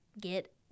get